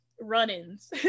run-ins